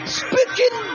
speaking